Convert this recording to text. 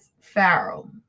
Farrell